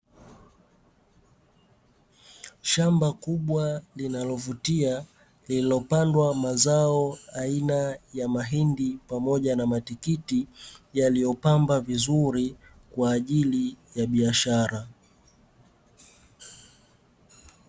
Shamba kubwa linalovutia lililopandwa mazao aina ya mahindi pamoja na matikiti yaliyopamba vizuri kwa ajili ya biashara.